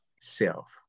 self